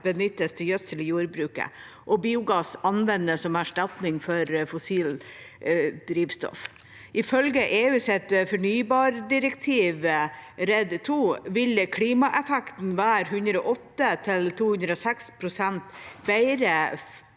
benyttes til gjødsel i jordbruket, og biogass anvendes som erstatning for fossilt drivstoff. Ifølge EUs fornybardirektiv RED II vil klimaeffekten være 108– 206 pst. bedre